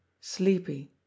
Sleepy